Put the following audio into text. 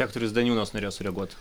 rektorius daniūnas norėjo sureaguot